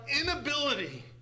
inability